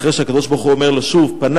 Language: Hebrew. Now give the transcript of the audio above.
אחרי שהקדוש-ברוך-הוא אומר לו שוב: "פני